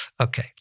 okay